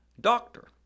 doctor